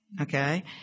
okay